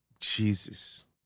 Jesus